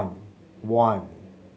one